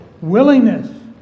Willingness